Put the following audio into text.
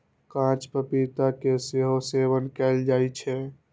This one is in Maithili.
कांच पपीता के सेहो सेवन कैल जाइ छै